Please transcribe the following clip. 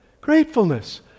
Gratefulness